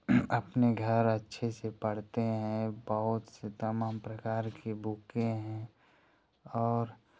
अपने घर अच्छे से पढ़ते हैं बहुत से तमाम प्रकार की बुकें हैं और